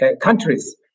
countries